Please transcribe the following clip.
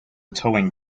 towing